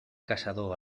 caçador